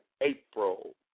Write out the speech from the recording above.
April